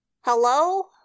Hello